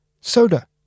Soda